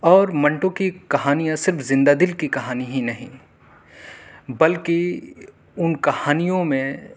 اور منٹو کی کہانیاں صرف زندہ دل کی کہانی ہی نہیں بلکہ ان کہانیوں میں